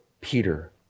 Peter